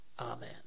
Amen